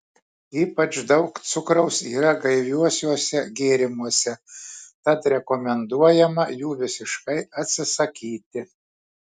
ypač daug cukraus yra gaiviuosiuose gėrimuose tad rekomenduojama jų visiškai atsisakyti